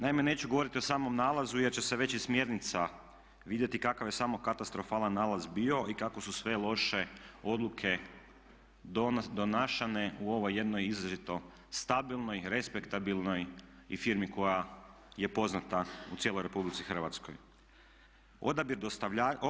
Naime, neću govoriti o samom nalazu jer će se već iz smjernica vidjeti kakav je samo katastrofalan nalaz bio i kako su sve loše odluke donesene u ovoj jednoj izrazito stabilnoj, respektabilnoj i firmi koja je poznata u cijeloj Republici Hrvatskoj.